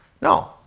no